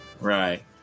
Right